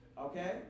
Okay